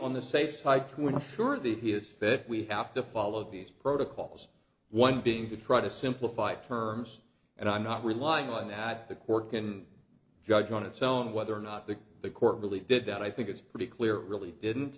on the safe side when assured that he is fed up we have to follow these protocols one being to try to simplify terms and i'm not relying on that the court can judge on its own whether or not the the court really did that i think it's pretty clear really didn't